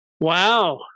Wow